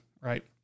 right